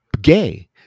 gay